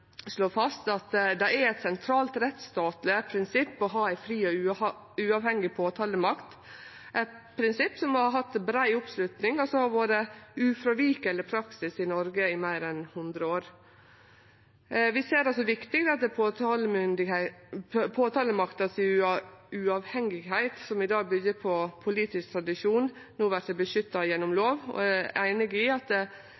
fast at det er eit sentralt rettsstatleg prinsipp å ha ei fri og uavhengig påtalemakt. Det er eit prinsipp som har hatt brei oppslutning, og som har vore ufråvikeleg praksis i Noreg i meir enn hundre år. Vi ser det som viktig at uavhengigheita til påtalemakta, som i dag byggjer på ein politisk tradisjon, no vert beskytta gjennom